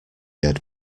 had